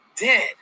dead